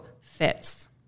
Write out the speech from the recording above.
fits